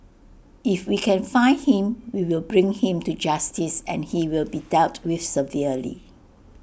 if we can find him we will bring him to justice and he will be dealt with severely